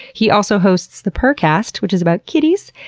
he also hosts the purrrcast, which is about kitties,